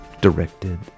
directed